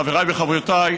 חבריי וחברותיי,